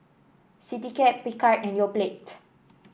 Citycab Picard and Yoplait